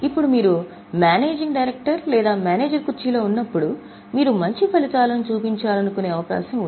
ఇప్పుడు మీరు managing director లేదా మేనేజర్ కుర్చీలో కూర్చున్నప్పుడు మీరు మంచి ఫలితాలను చూపించాలనుకునే అవకాశం ఉంది